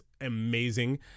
amazing